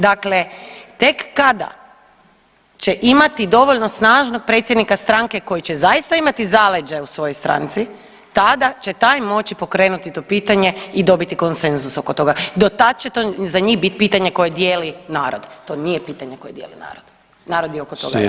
Dakle, tek kada će imati dovoljno snažnog predsjednika stranke koji će zaista imati zaleđe u svojoj stranci tada će taj moći pokrenuti to pitanje i dobiti konsenzus oko toga, do tad će to za njih bit pitanje koje dijeli narod, to nije pitanje koje dijeli narod, narod je oko toga jasan.